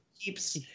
keeps